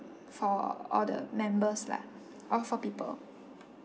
for all the members lah all four people